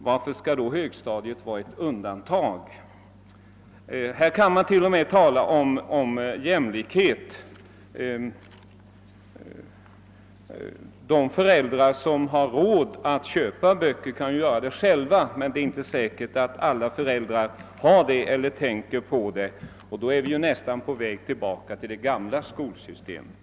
Varför skall då högstadiet vara ett undantag? Här kan man till och med tala om bristande jämlikhet. De föräldrar som har råd att köpa böcker kan ju göra det själva, men det är inte säkert att alla föräldrar har det eller tänker på det. Då är vi nästan på väg tillbaka till det gamla skolsystemet.